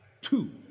Two